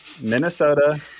Minnesota